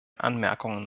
anmerkungen